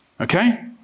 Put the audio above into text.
Okay